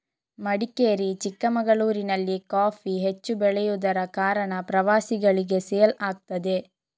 ಮಡಿಕೇರಿ, ಚಿಕ್ಕಮಗಳೂರಿನಲ್ಲಿ ಕಾಫಿ ಹೆಚ್ಚು ಬೆಳೆಯುದರ ಕಾರಣ ಪ್ರವಾಸಿಗಳಿಗೆ ಸೇಲ್ ಆಗ್ತದೆ